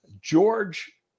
George